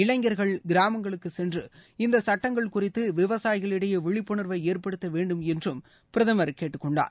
இளைஞர்கள் கிராமங்களுக்கு சென்று இந்த சட்டங்கள் குறித்து விவசாயிகளிடையே விழிப்புணா்வை ஏற்படுத்த வேண்டும் என்றும் பிரதமர் கேட்டுக் கொண்டார்